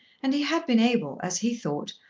and he had been able, as he thought,